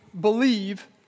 believe